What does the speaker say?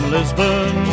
Lisbon